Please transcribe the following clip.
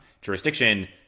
jurisdiction